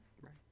Right